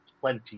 Plenty